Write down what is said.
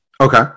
Okay